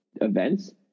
events